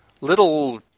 little